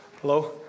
Hello